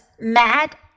mad